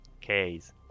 case